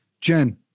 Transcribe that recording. Jen